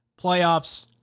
playoffs